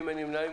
מי נמנע?